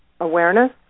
awareness